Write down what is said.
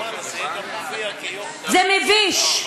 זה מביש.